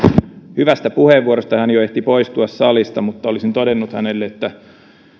hyvästä puheenvuorosta hän jo ehti poistua salista mutta olisin todennut hänelle että